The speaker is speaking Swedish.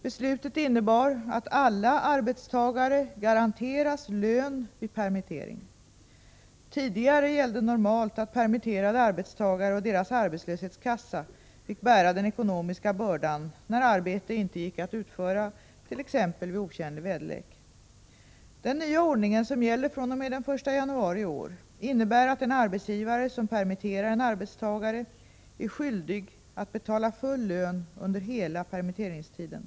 Beslutet innebar att alla arbetstagare garanteras lön vid permittering. Tidigare gällde normalt att permitterade arbetstagare och deras arbetslöshetskassa fick bära den ekonomiska bördan när arbetet inte gick att utföra, t.ex. vid otjänlig väderlek. Den nya ordningen, som gäller fr.o.m. den 1 januari i år, innebär att en arbetsgivare som permitterar en arbetstagare är skyldig att betala full lön under hela permitteringstiden.